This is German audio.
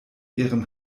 ihrem